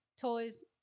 toys